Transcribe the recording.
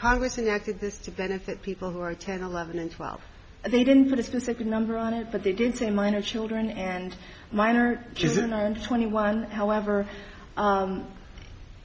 congress enacted this to benefit people who are channel eleven and twelve they didn't put a specific number on it but they did say minor children and minor children and twenty one however